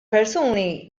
persuni